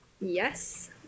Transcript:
Yes